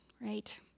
Right